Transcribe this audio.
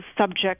subject